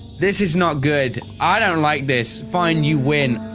this is not good. i don't like this fine. you win.